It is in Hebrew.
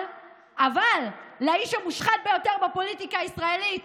אבל לאיש המושחת ביותר בפוליטיקה הישראלית,